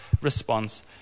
response